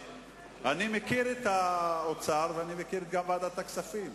אני מכיר את האוצר ואני מכיר גם את ועדת הכספים.